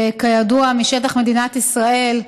כידוע, משטח מדינת ישראל,